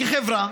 כחברה,